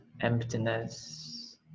emptiness